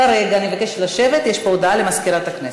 כרגע אני מבקשת לשבת, יש פה הודעה למזכירת הכנסת.